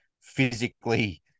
physically